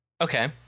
Okay